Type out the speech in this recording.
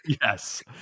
Yes